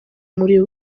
muri